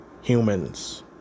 humans